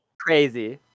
Crazy